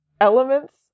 elements